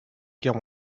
guerre